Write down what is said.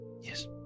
Yes